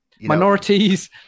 minorities